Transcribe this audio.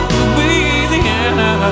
Louisiana